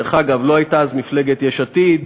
דרך אגב, לא הייתה אז מפלגת יש עתיד,